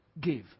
give